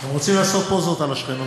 הם רוצים לעשות פוזות על השכנות.